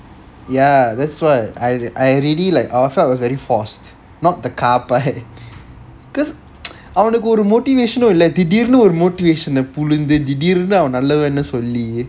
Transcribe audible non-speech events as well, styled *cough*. ya that's why I I really like felt was very forced not the car part because *noise* அவனுக்கு ஒரு:avanukku oru motivation னும் இல்ல திடீர்னு ஒரு:num illa thideernu oru motivation ah புழுந்து திடீர்னு அவன் நல்லவன்னு சொல்லி:pulunthu thideernu avan nallavannu solli